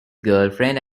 girlfriend